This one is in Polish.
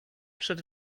przed